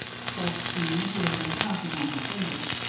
said jeanne, who had been counting on her fingers,